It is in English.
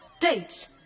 Date